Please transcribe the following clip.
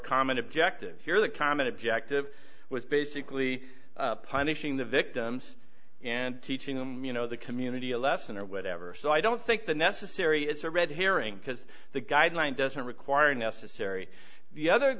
common objective here the common objective was basically punishing the victims and teaching them you know the community a lesson or whatever so i don't think the necessary is a red herring because the guideline doesn't require unnecessary the other